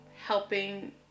helping